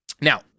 Now